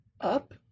Up